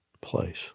place